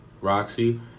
Roxy